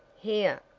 here,